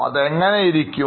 അത് എങ്ങനെ ഇരിക്കും